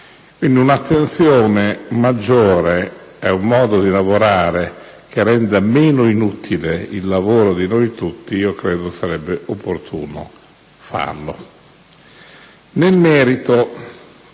Quindi, un'attenzione maggiore e un modo di lavorare che renda meno inutile il lavoro di noi tutti, io credo sarebbero opportuni. Nel merito